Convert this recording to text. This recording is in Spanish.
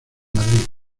madrid